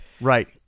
Right